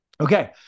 okay